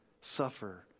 suffer